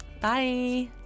Bye